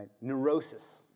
Neurosis